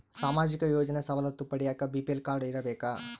ಸಾಮಾಜಿಕ ಯೋಜನೆ ಸವಲತ್ತು ಪಡಿಯಾಕ ಬಿ.ಪಿ.ಎಲ್ ಕಾಡ್೯ ಇರಬೇಕಾ?